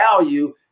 value